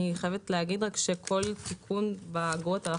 אני חייבת לומר שכל תיקון באגרות,